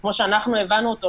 כמו שאנחנו הבנו את הנושא,